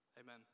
Amen